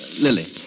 Lily